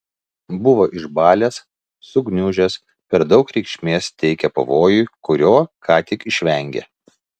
buvo išbalęs sugniužęs per daug reikšmės teikė pavojui kurio ką tik išvengė